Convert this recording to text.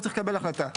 הוא צריך לקבל החלטה.